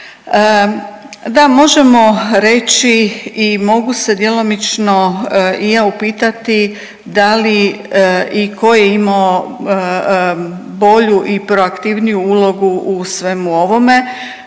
Da, možemo reći i mogu se djelomično i ja upitati da li i ko je imao bolju i proatkivniju ulogu u svemu ovome,